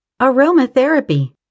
aromatherapy